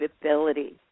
ability